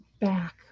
back